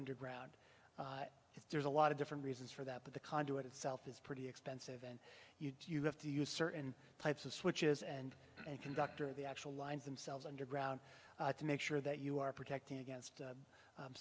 underground if there's a lot of different reasons for that but the conduit itself is pretty expensive and you have to use certain types of switches and conductor the actual lines themselves underground to make sure that you are protecting against